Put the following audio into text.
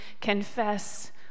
confess